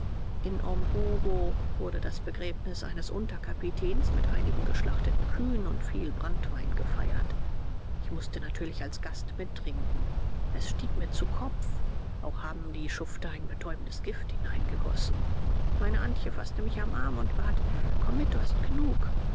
in omburo wurde das begräbnis eines unterkapitäns mit einigen geschlachteten kühen und viel branntwein gefeiert ich mußte natürlich als gast mittrinken es stieg mir zu kopf auch haben die schufte ein betäubendes gift hineingegossen meine antje faßte mich am arm und bat komm mit du hast genug